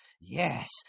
Yes